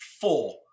Four